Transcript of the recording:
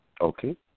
okay